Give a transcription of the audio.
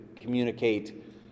communicate